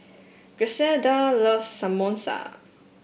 Griselda loves Samosa